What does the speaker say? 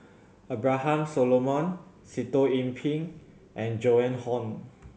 Abraham Solomon Sitoh Yih Pin and Joan Hon